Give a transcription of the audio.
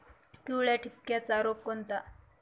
पिवळ्या ठिपक्याचा रोग कोणता?